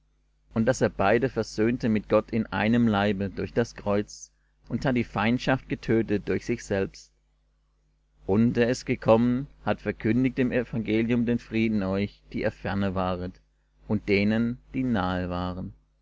und daß er beide versöhnte mit gott in einem leibe durch das kreuz und hat die feindschaft getötet durch sich selbst und er ist gekommen hat verkündigt im evangelium den frieden euch die ihr ferne waret und denen die nahe waren